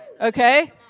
Okay